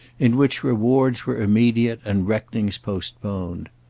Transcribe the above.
in which rewards were immediate and reckonings postponed.